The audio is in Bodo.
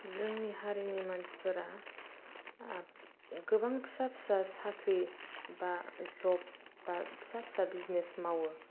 जोंनि हारिनि मानसिफोरा गोबां फिसा फिसा साख्रि बा ज'ब बा फिसा फिसा बिजिनेस मावो